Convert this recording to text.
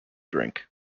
drink